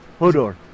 Hodor